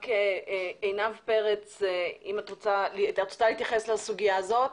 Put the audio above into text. עינב פרץ, את רוצה להתייחס לסוגיה הזו?